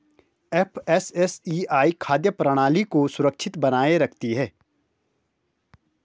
FSSAI खाद्य प्रणाली को सुरक्षित बनाए रखती है